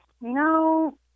no